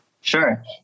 Sure